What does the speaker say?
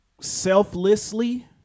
Selflessly